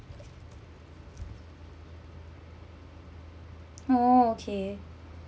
oh okay